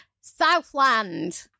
*Southland*